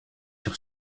sur